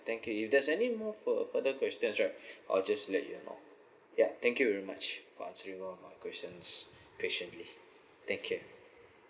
thank you if there's anymore for further questions right I'll just let you know yeuh thank you very much for answering all my questions patiently take care